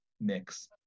mix